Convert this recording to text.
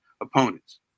opponents